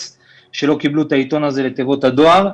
שלא קיבלו את העיתון הזה לתיבות הדואר.